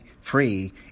free